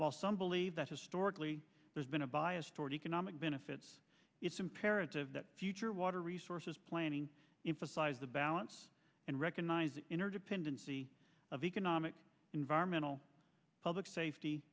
while some believe that historically there's been a bias toward economic benefits it's imperative that future water resources planning emphasize the balance and recognize interdependency of economic environmental public safety